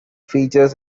features